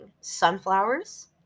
sunflowers